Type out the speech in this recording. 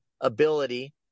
ability